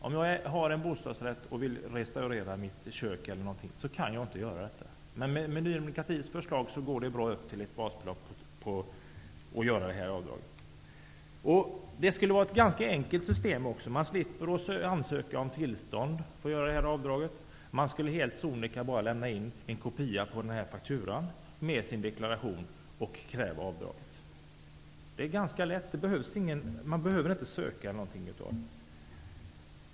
Om jag har en bostadsrätt och vill restaurera mitt kök kan jag inte göra avdrag för det, men med Ny demokratis förslag går det bra att göra avdrag på upp till ett basbelopp. Det här skulle vara ett ganska enkelt system. Man skulle slippa att ansöka om tillstånd för att göra avdraget. Man skulle helt sonika bara lämna in en kopia av fakturan med sin deklaration och kräva avdraget. Det är ganska lätt -- man behöver inte ansöka om någonting.